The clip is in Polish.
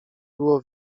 było